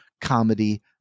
comedy